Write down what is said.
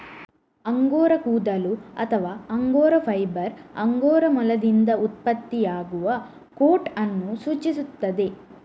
angora ಕೂದಲು ಅಥವಾ angora fibre angora ಮೊಲದಿಂದ ಉತ್ಪತ್ತಿಯಾಗುವ ಕೋಟ್ ಅನ್ನು ಸೂಚಿಸುತ್ತದೆ